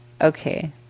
Okay